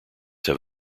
have